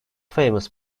famous